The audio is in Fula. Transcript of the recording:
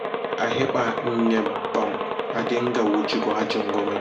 A heɓa almakaci de mada koɓo reza mada se a itta pedelimai dou dou dou dou sedda sedda